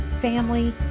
family